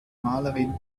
malerin